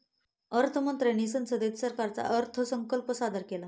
अर्थ मंत्र्यांनी संसदेत सरकारचा अर्थसंकल्प सादर केला